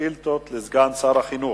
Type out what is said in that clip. לשאילתות לסגן שר החינוך.